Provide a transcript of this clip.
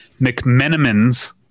McMenamin's